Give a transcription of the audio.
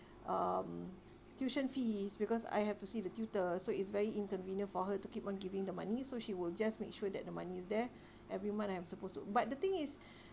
um tuition fees because I have to see the tutor so it's very inconvenient for her to keep on giving the money so she will just make sure that the money's there every month I am supposed to but the thing is